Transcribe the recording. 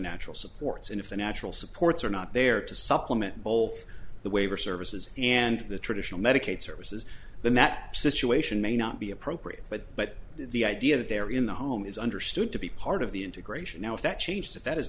natural supports and if the natural supports are not there to supplement both the waiver services and the traditional medicaid services then that situation may not be appropriate but but the idea that there are in the home is understood to be part of the integration now if that change that that is